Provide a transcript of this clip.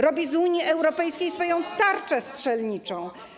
Robi z Unii Europejskiej swoją tarczę strzelniczą.